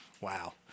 Wow